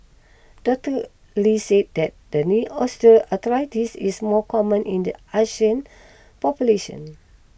Doctor Lee said that the knee osteoarthritis is more common in the Asian population